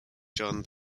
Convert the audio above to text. john